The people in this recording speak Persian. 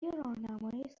راهنمای